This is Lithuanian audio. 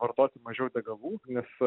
vartoti mažiau degalų nes